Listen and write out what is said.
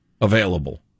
available